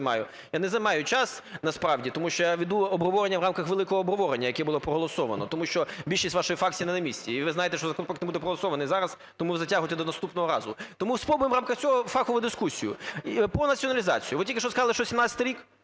займаю. Я не займаю час насправді, тому що я веду обговорення в рамках великого обговорення, яке було проголосовано, тому що більшість вашої фракції не на місці, і ви знаєте, що законопроект не буде проголосований зараз, тому затягуєте до наступного разу. Тому спробуємо в рамках цього фахову дискусію. Про націоналізацію. Ви тільки що сказали, що 17-й рік.